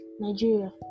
Nigeria